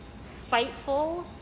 spiteful